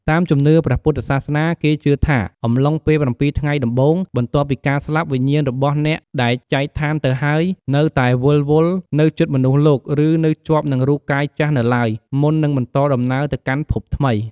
តាមជំនឿព្រះពុទ្ធសាសនា គេជឿថាអំឡុងពេល ៧ថ្ងៃដំបូង បន្ទាប់ពីការស្លាប់ វិញ្ញាណរបស់អ្នកដែលចែកឋានទៅហើយ នៅតែវិលវល់នៅជិតមនុស្សលោក ឬនៅជាប់នឹងរូបកាយចាស់នៅឡើយ មុននឹងបន្តដំណើរទៅកាន់ភពថ្មី។